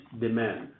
demand